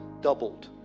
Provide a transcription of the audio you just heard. doubled